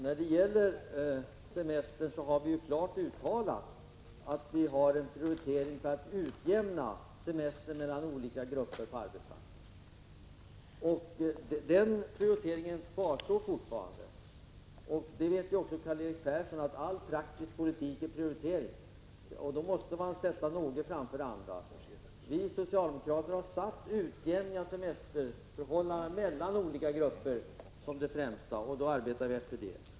Fru talman! Vi har klart uttalat att vi har prioriterat en utjämning av semesterförmånerna mellan olika grupper på arbetsmarknaden. Den prioriteringen kvarstår. Också Karl-Erik Persson vet ju att all praktisk politik innebär prioritering: man måste sätta någonting framför det andra. Vi socialdemokrater har satt en utjämning av semesterförmåner mellan olika grupper främst, och vi arbetar efter det.